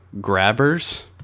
Grabbers